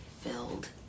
filled